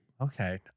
Okay